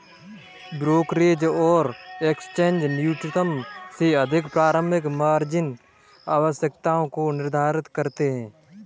brokerage और exchange फेडन्यूनतम से अधिक प्रारंभिक मार्जिन आवश्यकताओं को निर्धारित करते हैं